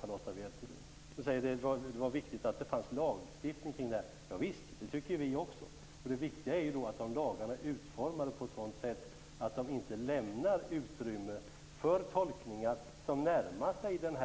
Charlotta Bjälkebring sade att det är viktigt att det finns lagstiftning kring detta. Visst, det tycker vi också. Det viktiga är ju att lagarna är utformade på sådant sätt att de inte lämnar utrymme för tolkningar som närmar sig den